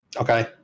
Okay